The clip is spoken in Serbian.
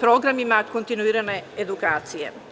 programima kontinuirane edukacije.